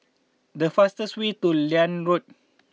the fastest way to Liane Road